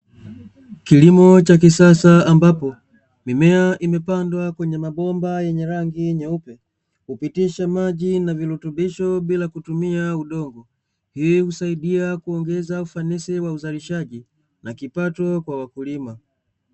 Kilimo cha kisasa ambapo, mimea imepandwa kwenye mabomba yenye rangi nyeupe, hupitisha maji na virutubisho bila kutumia udongo, hii husaidia kuongeza ufanisi wa uzalishaji na kipato kwa wakulima.